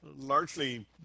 largely